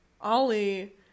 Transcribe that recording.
Ollie